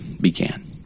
began